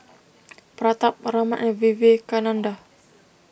Pratap Raman and Vivekananda